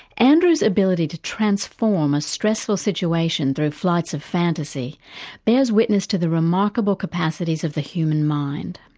andrew's ability to transform a stressful situation through flights of fantasy bears witness to the remarkable capacities of the human mind.